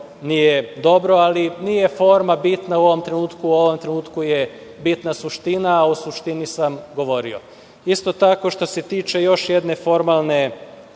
nije dobro. Ali, nije forma bitna u ovom trenutku, u ovom trenutku je bitna suština, a o suštini sam govorio. Isto tako što se tiče još jedne formalne